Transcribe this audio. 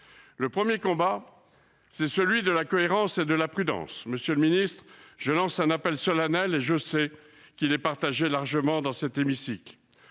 Le premier combat est celui de la cohérence et de la prudence. Monsieur le ministre, je lance un appel solennel qui, je le sais, est largement partagé dans cet hémicycle